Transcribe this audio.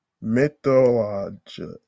mythology